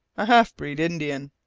a half-breed indian.